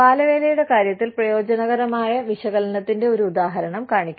ബാലവേലയുടെ കാര്യത്തിൽ പ്രയോജനകരമായ വിശകലനത്തിന്റെ ഒരു ഉദാഹരണം കാണിക്കാം